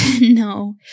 no